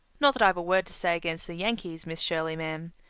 not that i've a word to say against the yankees, miss shirley, ma'am.